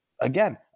again